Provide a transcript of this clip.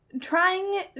trying